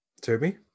Toby